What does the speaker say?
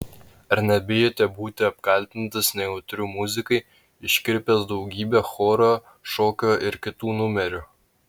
ar nebijote būti apkaltintas nejautriu muzikai iškirpęs daugybę choro šokio ir kitų numerių